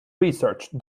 research